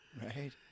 right